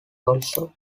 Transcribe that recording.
also